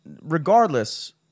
regardless